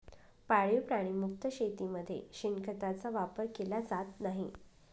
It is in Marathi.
पाळीव प्राणी मुक्त शेतीमध्ये शेणखताचा वापर केला जात नाही